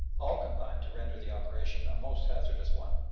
all combined to render the operation a most hazardous one.